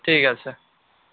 ঠিক আছে